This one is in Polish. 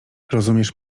rozumiesz